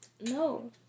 No